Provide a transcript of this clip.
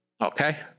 Okay